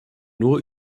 nur